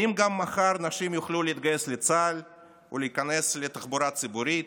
האם גם מחר נשים יוכלו להתגייס לצה"ל ולהיכנס לתחבורה ציבורית?